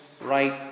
right